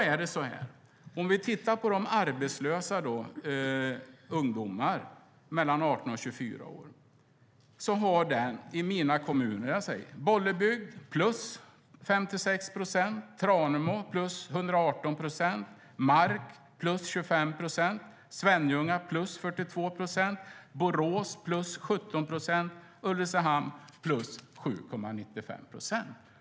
Vi kan titta på arbetslösa ungdomar mellan 18 och 24 år. I Bollebygd är det plus 56 procent. I Tranemo är det plus 118 procent. I Mark är det plus 25 procent. I Svenljunga är det plus 42 procent. I Borås är det plus 17 procent. I Ulricehamn är det plus 7,95 procent.